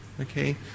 okay